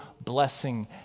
blessing